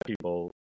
people